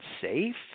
safe